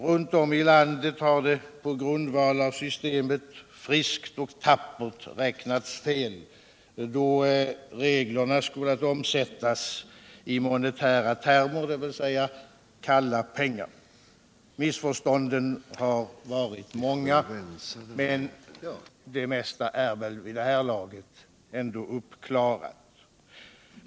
Runt om i landet har det på grundval av systemet friskt och tappert räknats fel då reglerna skolat omsättas i monetära termer, dvs. kalla pengar. Missförstånden har varit många, men de flesta är väl vid det här laget ändå uppklarade.